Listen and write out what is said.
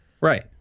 Right